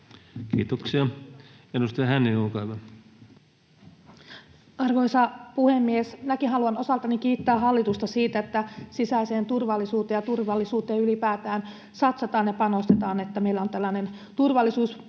Kiitoksia. — Edustaja Hänninen, olkaa hyvä. Arvoisa puhemies! Minäkin haluan osaltani kiittää hallitusta siitä, että sisäiseen turvallisuuteen ja turvallisuuteen ylipäätään satsataan ja panostetaan, että meillä on tällainen turvallisuutta